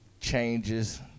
changes